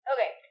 Okay